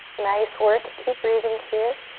nice work. keep breathing here.